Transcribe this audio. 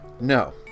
No